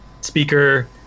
speaker